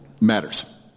matters